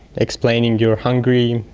explaining you are hungry,